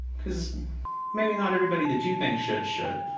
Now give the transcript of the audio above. because maybe not everybody that you think should, should.